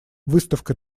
выставка